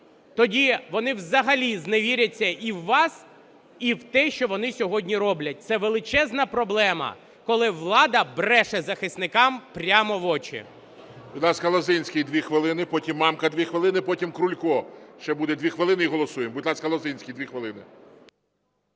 тоді вони взагалі зневіряться і в вас і в те, що вони сьогодні роблять. Це величезна проблема, коли влада бреше захисникам прямо в очі. ГОЛОВУЮЧИЙ. Будь ласка, Лозинський – 2 хвилини, потім Мамка – 2 хвилини, потім Крулько ще буде – 2 хвилини, і голосуємо. Будь ласка, Лозинський – 2 хвилини.